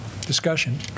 Discussion